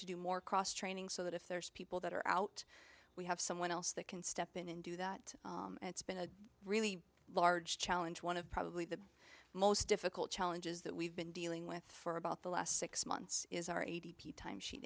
to do more cross training so that if there's people that are out we have someone else that can step in and do that and it's been a really large challenge one of probably the most difficult challenges that we've been dealing with for about the last six months is our a